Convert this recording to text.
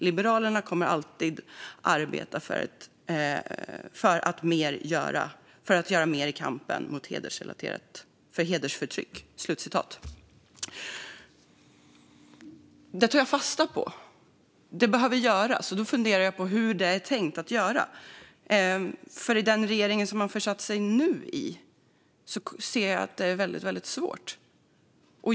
Liberalerna kommer alltid arbeta för att mer görs i kampen mot hedersförtrycket." Detta behöver göras, men jag funderar på hur det är tänkt? I den här regeringen blir det väldigt svårt.